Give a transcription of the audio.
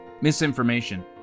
misinformation